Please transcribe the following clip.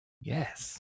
Yes